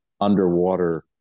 underwater